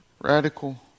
Radical